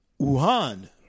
Wuhan